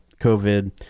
covid